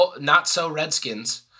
not-so-redskins